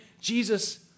Jesus